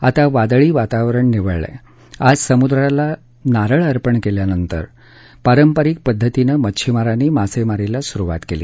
आता वादळी वातावरण निवळलं असून आज समुद्राला नारळ अर्पण केल्यानंतर पारंपरिक पद्धतीनं मच्छीमारांनी मासेमारीला सुरुवात केली